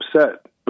upset